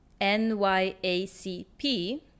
NYACP